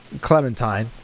Clementine